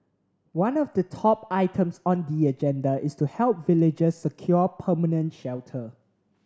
one of the top items on the agenda is to help villagers secure permanent shelter